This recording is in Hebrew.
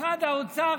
משרד האוצר,